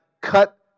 cut